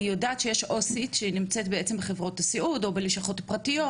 אני יודעת שיש עו"סית שנמצאת בלשכות הסיעוד או בלשכות פרטיות,